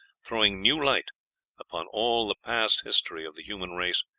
throwing new light upon all the past history of the human race,